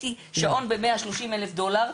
אם עכשיו קניתי שעון ב-130,000 דולר,